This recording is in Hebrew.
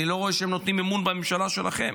אני לא רואה שהם נותנים אמון בממשלה שלכם.